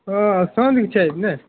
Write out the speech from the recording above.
हँ साँझमे छै ने